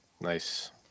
Nice